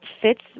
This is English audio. fits